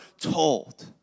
told